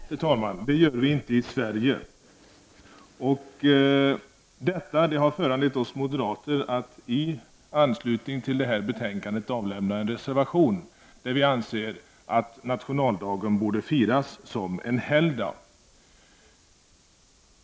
Fru talman! I Belgien gör man det. I Danmark gör man det. I Finland gör man det. I Norge, i Portugal, ja, i många länder firar man nationaldagen som en allmän helgdag. Men det gör inte vi i Sverige. Detta har föranlett oss moderater att i anslutning till behandlingen av detta betänkande avlämna en reservation. Vi anser nämligen att nationaldagen borde firas som en helgdag.